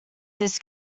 this